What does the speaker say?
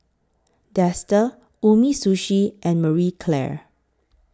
Dester Umisushi and Marie Claire